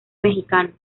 mexicano